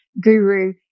guru